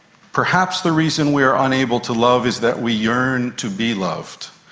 perhaps the reason we are unable to love is that we yearn to be loved,